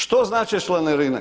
Što znače članarine?